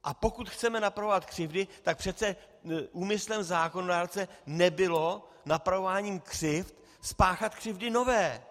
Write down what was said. A pokud chceme napravovat křivdy, tak přece úmyslem zákonodárce nebylo napravováním křivd spáchat křivdy nové.